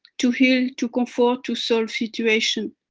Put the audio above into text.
to heal, to comfort, to solve situation.